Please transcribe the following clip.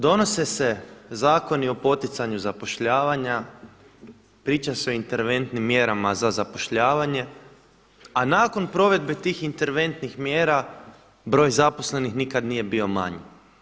Donose se zakoni o poticanju zapošljavanja, priča se o interventnim mjerama za zapošljavanje, a nakon provedbe tih interventnih mjera broj zaposlenih nikada nije bio manji.